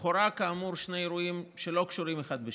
לכאורה, כאמור, שני אירועים שלא קשורים אחד לשני,